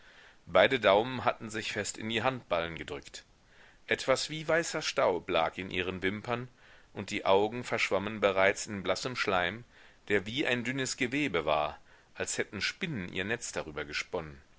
beide daumen hatten sich fest in die handballen gedrückt etwas wie weißer staub lag in ihren wimpern und die augen verschwammen bereits in blassem schleim der wie ein dünnes gewebe war als hätten spinnen ihr netz darüber gesponnen